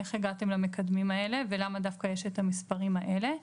איך הגעתם למקדמים האלה ולמה מופיעים דווקא המספרים האלה,